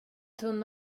tunn